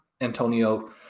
Antonio